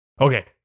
Okay